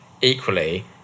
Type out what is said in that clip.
equally